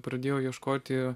pradėjo ieškoti